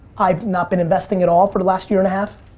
i've not been investing at all for the last year and a half.